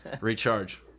recharge